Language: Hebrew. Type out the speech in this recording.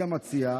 היא המציעה.